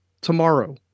tomorrow